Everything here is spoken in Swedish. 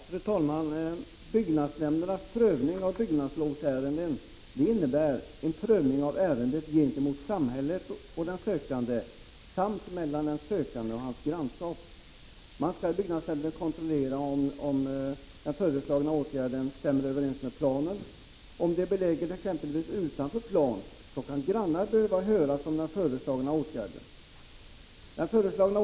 Fru talman! Byggnadsnämndernas prövning av byggnadslovsärenden innebär att det sker en prövning av ärendena avseende samhället och den sökande samt en prövning avseende den sökande och hans grannskap. Byggnadsnämnden skall kontrollera om den föreslagna åtgärden stämmer överens med byggplanen. Gäller det en åtgärd som vidtas på en plats som är belägen utanför planen, kan grannar behöva höras i fråga om den föreslagna åtgärden.